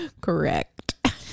Correct